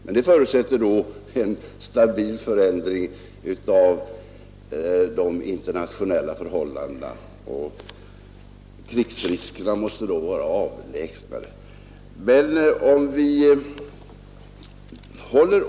Men det förutsätter i så fall en stabil förändring av de internationella förhållandena. Krigsriskerna måste då vara avlägsnare.